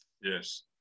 yes